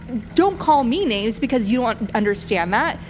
don't call me names because you don't understand that.